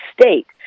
state